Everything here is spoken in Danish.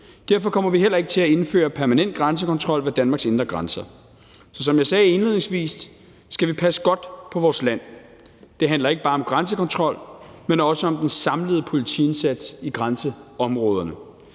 Derfor kommer vi heller ikke til at indføre permanent grænsekontrol ved Danmarks indre grænser. Så som jeg sagde indledningsvis, skal vi passe godt på vores land. Det handler ikke bare om grænsekontrol, men også om den samlede politiindsats i grænseområderne.